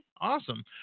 Awesome